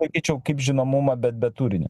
laikyčiau kaip žinomumą bet be turinio